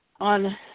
on